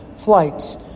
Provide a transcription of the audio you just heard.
flights